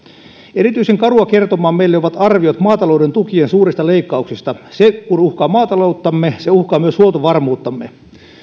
erityisen karua kertomaa meille ovat arviot maatalouden tukien suurista leikkauksista ne kun uhkaavat maatalouttamme ne uhkaavat myös huoltovarmuuttamme